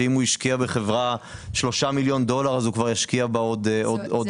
שאם הוא השקיע בחברה 3 מיליון דולר אז הוא כבר ישקיע בה עוד 10 מיליון.